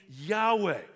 Yahweh